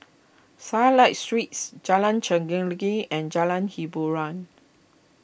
Starlight Suites Jalan Chelagi and Jalan Hiboran